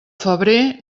febrer